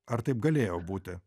ar taip galėjo būti